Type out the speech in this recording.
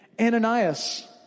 Ananias